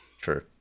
True